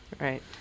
Right